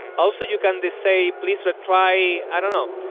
also, you can just say please retry i don't know,